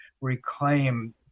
reclaim